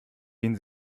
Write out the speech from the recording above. den